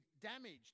damaged